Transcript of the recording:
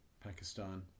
Pakistan